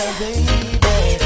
baby